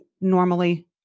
normally